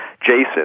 Jason